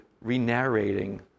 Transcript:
re-narrating